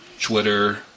Twitter